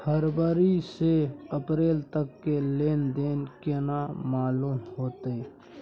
फरवरी से अप्रैल तक के लेन देन केना मालूम होते?